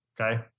Okay